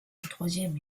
troisième